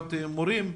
הכשרת מורים.